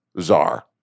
czar